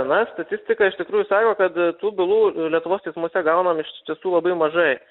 na statistika iš tikrųjų sako kad tų bylų lietuvos teismuose gaunam iš tiesų labai mažai